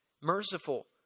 merciful